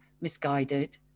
misguided